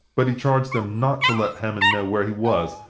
but he charged them not to let hammond know where he was,